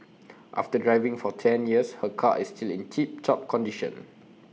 after driving for ten years her car is still in tip top condition